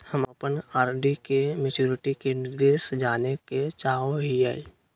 हम अप्पन आर.डी के मैचुरीटी के निर्देश जाने के चाहो हिअइ